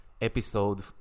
episode